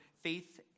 faith